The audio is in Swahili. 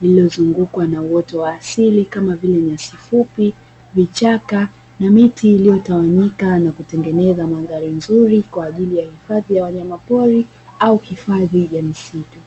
lililozungukwa na uoto wa asili kama vile nyasi fupi, vichaka na miti iliyotawanyika na kutengeneza mandhari nzuri kwa ajili ya hifadhi ya wanyamapori au hifadhi ya misitu.